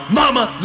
mama